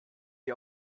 die